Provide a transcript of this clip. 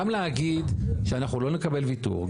גם להגיד שאנחנו לא נקבל ויתור,